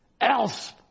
else